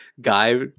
guy